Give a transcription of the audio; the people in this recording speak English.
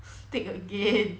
steak again